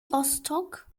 rostock